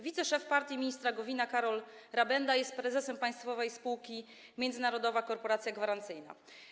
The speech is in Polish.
Wiceszef partii ministra Gowina Karol Rabenda jest prezesem państwowej spółki Międzynarodowa Korporacja Gwarancyjna.